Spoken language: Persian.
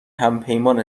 همپیمان